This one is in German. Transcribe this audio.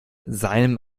seinem